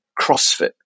CrossFit